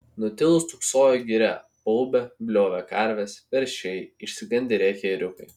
nutilus stūksojo giria baubė bliovė karvės veršiai išsigandę rėkė ėriukai